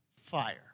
Fire